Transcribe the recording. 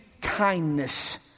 kindness